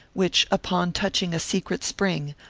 which, upon touching a secret spring,